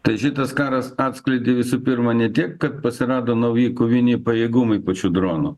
tai šitas karas atskleidė visų pirma ne tiek kad atsirado nauji koviniai pajėgumai pačių dronų